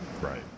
Right